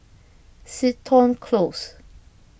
Seton Close